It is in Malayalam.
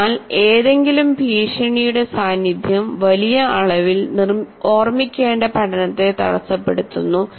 അതിനാൽ ഏതെങ്കിലും ഭീഷണിയുടെ സാന്നിധ്യം വലിയ അളവിൽ ഓർമ്മിക്കേണ്ട പഠനത്തെ തടസ്സപ്പെടുത്തുന്നു